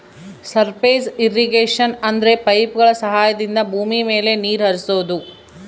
surface irrigation ಅಂದ್ರೆ ಪೈಪ್ಗಳ ಸಹಾಯದಿಂದ ಭೂಮಿ ಮೇಲೆ ನೀರ್ ಹರಿಸೋದು